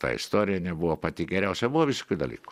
ta istorija nebuvo pati geriausia buvo visokių dalykų